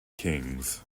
kings